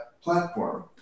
platform